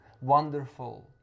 wonderful